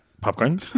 popcorn